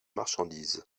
marchandise